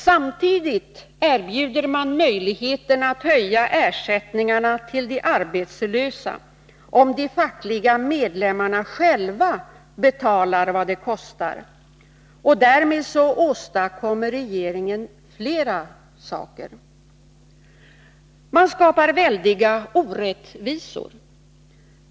Samtidigt erbjuder man möjligheten att höja ersättningarna till de arbetslösa, om de fackliga medlemmarna själva betalar vad det kostar. Därmed åstadkommer regeringen flera saker: Man skapar väldiga orättvisor.